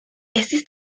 estis